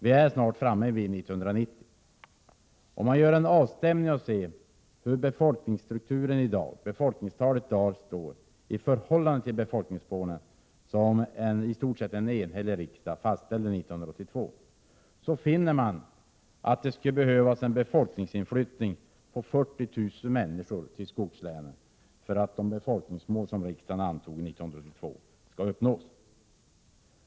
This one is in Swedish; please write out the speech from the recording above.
Vi är snart framme vid 1990. Om man gör en avstämning och ser hur befolkningstalet är i dag i förhållande till de befolkningsmål som en enhällig riksdag fastställde 1982, finner man att det skulle behövas en befolkningsinflyttning på 40 000 människor till skogslänen för att de befolkningsmål som riksdagen antog 1982 skall uppnås.